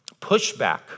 pushback